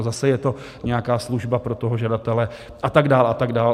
Zase je to nějaká služba pro toho žadatele, a tak dále a tak dále.